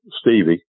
Stevie